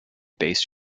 based